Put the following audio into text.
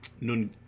Nun